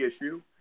issue